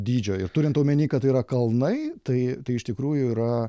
dydžio ir turint omeny kad tai yra kalnai tai tai iš tikrųjų yra